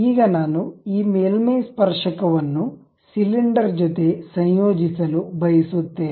ಈಗ ನಾನು ಈ ಮೇಲ್ಮೈ ಸ್ಪರ್ಶಕವನ್ನು ಸಿಲಿಂಡರ್ ಜೊತೆ ಸಂಯೋಜಿಸಲು ಬಯಸುತ್ತೇನೆ